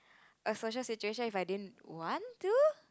a social situation if I didn't want to